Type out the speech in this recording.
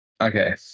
Okay